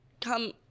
come